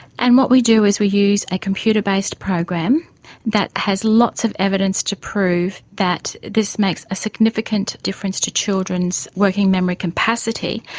and what we do is we use a computer based program that has lots of evidence to prove that this makes a significant difference to children's working memory capacity,